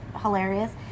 hilarious